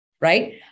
right